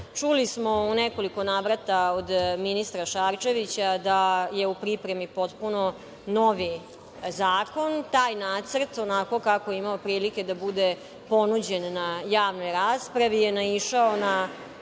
Čuli smo u nekoliko navrata od ministra Šarčevića da je u pripremi potpuno novi zakon. Taj nacrt, onako kako ima prilike da bude ponuđen na javnoj raspravi, je naišao na